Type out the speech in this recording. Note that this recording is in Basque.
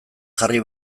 jarri